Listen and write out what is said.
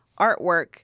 artwork